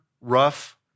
rough